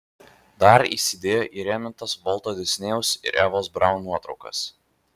dar įsidėjo įrėmintas volto disnėjaus ir evos braun nuotraukas